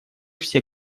все